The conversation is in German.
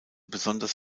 besonders